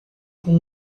com